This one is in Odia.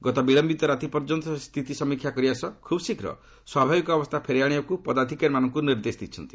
ଗତ ବିଳୟିତ ରାତି ପର୍ଯ୍ୟନ୍ତ ସେ ସ୍ଥିତି ସମୀକ୍ଷା କରିବା ସହ ଖୁବ୍ ଶୀଘ୍ର ସ୍ୱାଭାବିକ ଅବସ୍ଥା ଫେରାଇ ଆଶିବାକୁ ପଦାଧିକାରୀମାନଙ୍କୁ ନିର୍ଦ୍ଦେଶ ଦେଇଛନ୍ତି